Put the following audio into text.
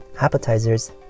appetizers